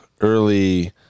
Early